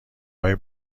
های